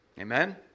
Amen